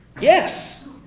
Yes